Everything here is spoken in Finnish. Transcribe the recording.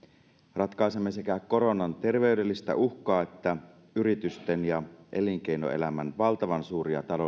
ratkaisemme sekä koronan terveydellistä uhkaa että yritysten ja elinkeinoelämän valtavan suuria